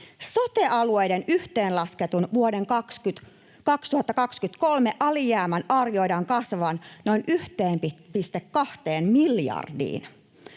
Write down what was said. Sote-alueiden yhteenlasketun vuoden 2023 alijäämän arvioidaan kasvavan noin 1,2 miljardiin.